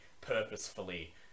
purposefully